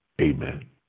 Amen